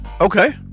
Okay